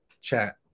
chat